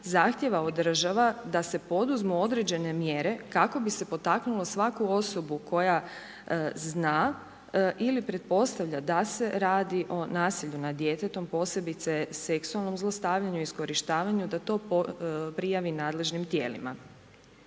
zahtijeva od država da se poduzmu određene mjere kako bi se potaknulo svaku osobu koja zna ili pretpostavlja da se radi o nasilju nad djetetom, posebice seksualnom zlostavljanju i iskorištavanju da to prijavi nadležnim tijelima.